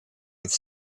with